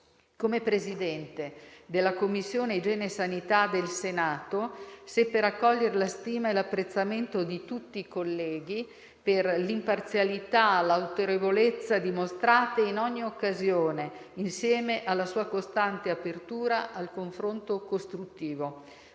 Come Presidente della Commissione igiene e sanità del Senato seppe raccogliere la stima e l'apprezzamento di tutti i colleghi per l'imparzialità e l'autorevolezza dimostrate in ogni occasione, insieme alla sua costante apertura al confronto costruttivo.